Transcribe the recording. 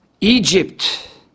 Egypt